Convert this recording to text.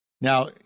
Now